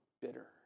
bitter